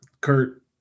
Kurt